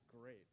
great